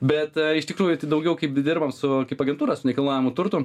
bet iš tikrųjų tai daugiau kaip dirbam su kaip agentūra su nekilnojamu turtu